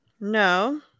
No